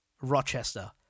Rochester